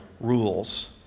rules